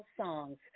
songs